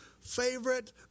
Favorite